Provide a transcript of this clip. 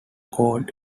codes